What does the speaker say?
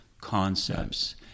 concepts